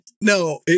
No